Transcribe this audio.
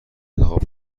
انتخاب